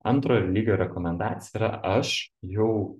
antro lygio rekomendacija yra aš jau